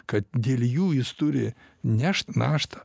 kad dėl jų jis turi nešt naštą